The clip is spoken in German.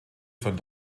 von